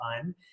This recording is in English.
fun